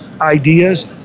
ideas